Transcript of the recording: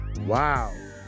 Wow